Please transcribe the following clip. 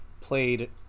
played